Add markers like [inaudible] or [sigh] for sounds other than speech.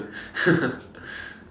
[laughs]